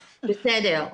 בסדר.